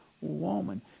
woman